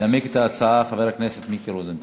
ינמק את ההצעה חבר הכנסת מיקי רוזנטל.